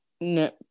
No